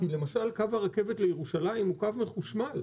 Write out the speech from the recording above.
כי למשל קו הרכבת לירושלים הוא קו מחושמל,